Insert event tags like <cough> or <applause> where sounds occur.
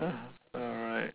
<laughs> alright